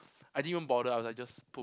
I didn't even bother I was like just